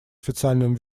официальным